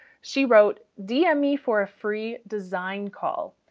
she wrote dm me for a free design call.